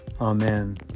Amen